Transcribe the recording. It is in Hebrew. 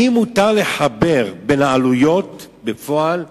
האם מותר לחבר בין העלויות בפועל,